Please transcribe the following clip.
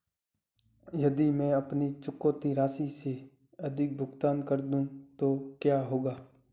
यदि मैं अपनी चुकौती राशि से अधिक भुगतान कर दूं तो क्या होगा?